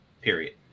period